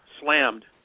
slammed